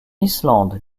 islande